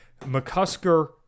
mccusker